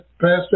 Pastor